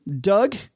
Doug